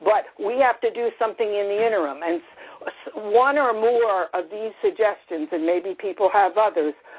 but we have to do something in the interim, and one or more of these suggestions and maybe people have others,